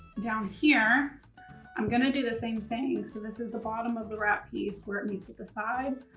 down here i'm gonna do the same thing. so this is the bottom of the wrap piece where it meets with the side.